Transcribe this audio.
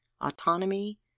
autonomy